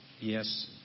yes